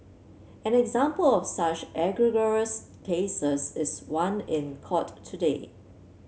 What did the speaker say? an example of such egregious cases is one in court today